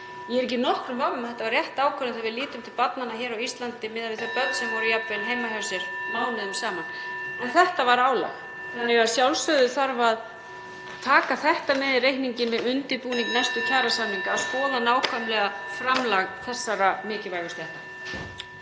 Ég er ekki í nokkrum vafa um að þetta var rétt ákvörðun þegar við lítum til barna á Íslandi miðað við þau börn sem voru jafnvel heima hjá sér mánuðum saman. En þetta var álag þannig að að sjálfsögðu þarf að taka þetta með í reikninginn við undirbúning næstu kjarasamninga, að skoða nákvæmlega framlag þessara mikilvægu stétta.